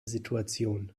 situation